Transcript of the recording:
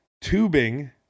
Tubing